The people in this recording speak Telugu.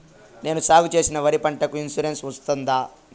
నేను సాగు చేసిన వరి పంటకు ఇన్సూరెన్సు వస్తుందా?